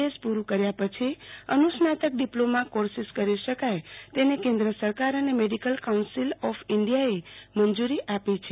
S પુરૂ કર્યા પછી અનુ સ્નાતક ડિપ્લોમાં કોર્ષીસ કરી શકાય તેને કેન્દ્ર સરકાર અને મેડિકલ કાઉન્સીલ ઓફ ઈન્ડીયાએ મંજુરી આપી છે